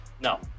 No